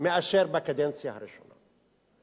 מאשר בקדנציה הראשונה.